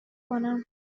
کنم